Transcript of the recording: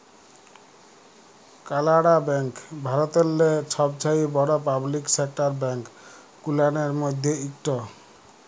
কালাড়া ব্যাংক ভারতেল্লে ছবচাঁয়ে বড় পাবলিক সেকটার ব্যাংক গুলানের ম্যধে ইকট